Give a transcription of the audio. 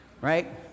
right